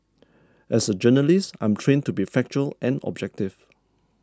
as a journalist I'm trained to be factual and objective